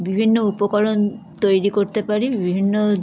বিভিন্ন উপকরণ তৈরি করতে পারি বিভিন্ন